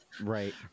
Right